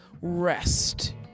rest